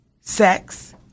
sex